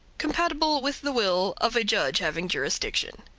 compatible with the will of a judge having jurisdiction.